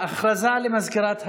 הודעה למזכירת הכנסת,